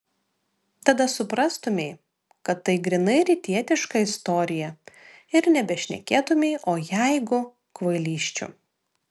tada suprastumei kad tai grynai rytietiška istorija ir nebešnekėtumei o jeigu kvailysčių